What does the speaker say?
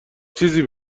چیزی